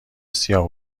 سیاه